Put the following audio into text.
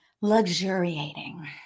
Luxuriating